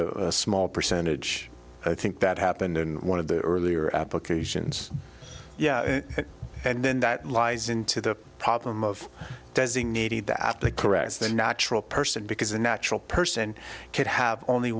a small percentage i think that happened in one of the earlier applications yeah and then that lies into the problem of designated the app that corrects the natural person because a natural person could have only